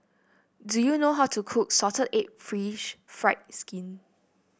do you know how to cook Salted Egg fish fried skin